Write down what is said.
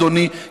אדוני,